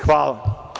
Hvala.